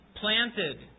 planted